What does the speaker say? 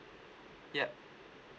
yup